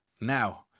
Now